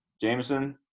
Jameson